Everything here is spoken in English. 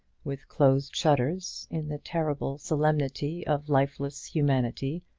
with closed shutters, in the terrible solemnity of lifeless humanity,